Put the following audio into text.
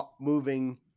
moving